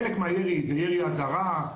חלק מהירי, ירי אזהרה.